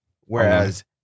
Whereas